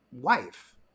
wife